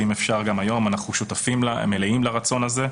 ואם אפשר להעביר אותה היום ואנחנו שותפים מלאים לרצון הזה,